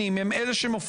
המשטרה,